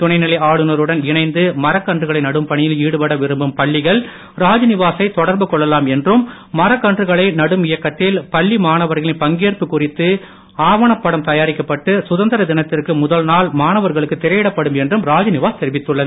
துணைநிலை ஆளுநருடன் இணைந்து மரக்கன்றுகளை நடும் பணியில் ஈடுபட விரும்பும் பள்ளிகள் ராஜ்நிவாசை தொடர்பு கொள்ளலாம் என்றும் மரக்கன்றுகளை நடும் இயக்கத்தில் பள்ளி மாணவர்களின் பங்கேற்பு குறித்து ஆவணப்படம் தயாரிக்கப்பட்டு சுதந்திர தினத்திற்கு முதல் நாள் மாணவர்களுக்கு திரையிடப்படும் என்றும் ராஜ்நிவாஸ் தெரிவித்துள்ளது